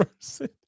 person